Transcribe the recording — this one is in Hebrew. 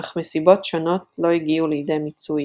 אך מסיבות שונות לא הגיעו לידי מיצוי.